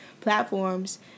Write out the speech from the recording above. platforms